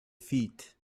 feet